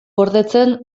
gordetzen